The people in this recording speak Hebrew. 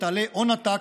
שתעלה הון עתק,